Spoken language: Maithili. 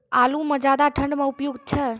आलू म ज्यादा ठंड म उपयुक्त छै?